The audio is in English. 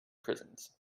prisons